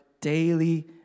daily